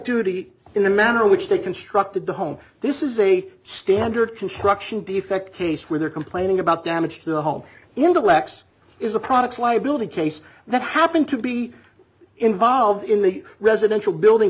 duty in the manner in which they constructed the home this is a standard construction defect case where they're complaining about damage to the home intellects is a products liability case that happened to be involved in the residential building